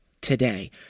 today